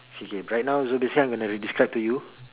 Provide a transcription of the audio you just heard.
K K right now so basically I'm going to describe to you